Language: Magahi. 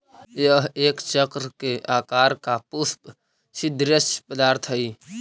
यह एक चक्र के आकार का पुष्प सदृश्य पदार्थ हई